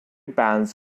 bands